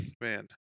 Man